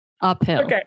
uphill